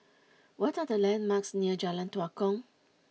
what are the landmarks near Jalan Tua Kong